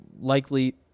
likely